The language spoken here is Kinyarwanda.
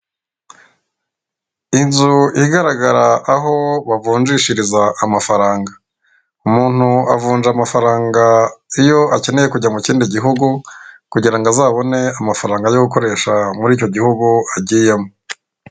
Inzu igaragara aho bavunjishiriza amafaranga, umuntu avunja amafaranga iyo akeneye kujya mu kindi gihugu, kugira ngo azabone amafaranga yo gukoresha muri icyo gihugu agiyemo.